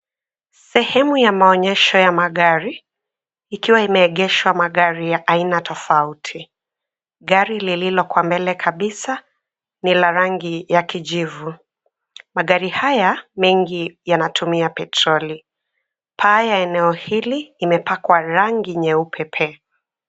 Sehemu ya maonyesho ya magari, ikiwa imeegeshwa magari ya aina tofauti. Gari lililo kwa mbele kabisa ni la rangi ya kijivu. Magari haya mengi yanatumia petroli. Paa ya eneo hili imepakwa rangi ya nyeupe pe.